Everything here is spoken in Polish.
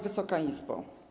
Wysoka Izbo!